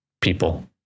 People